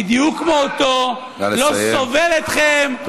בדיוק כמו אותו, לא סובל אתכם, נא לסיים.